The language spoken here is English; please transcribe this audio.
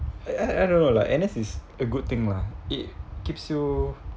I I I don't know lah N_S is a good thing lah it keeps you